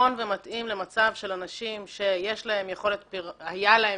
נכון ומתאים למצב של אנשים שהייתה להם